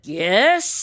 yes